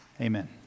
Amen